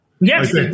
Yes